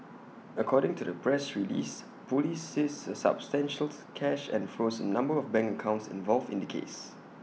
according to the press release Police seized substantial cash and froze A number of bank accounts involved in the case